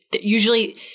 usually